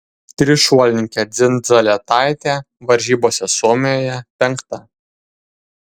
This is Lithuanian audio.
trišuolininkė dzindzaletaitė varžybose suomijoje penkta